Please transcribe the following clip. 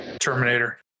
Terminator